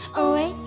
away